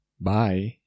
Bye